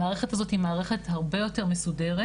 המערכת הזו היא מערכת הרבה יותר מסודרת.